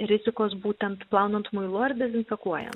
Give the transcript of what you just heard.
rizikos būtent plaunant muilu ar dezinfekuojant